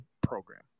program